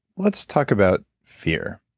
let's talk about fear.